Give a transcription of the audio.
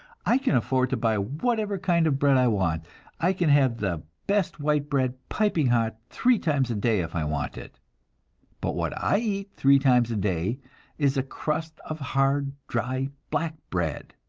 i can afford to buy whatever kind of bread i want i can have the best white bread, piping hot, three times a day, if i want it but what i eat three times a day is a crust of hard dry black bread.